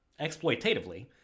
exploitatively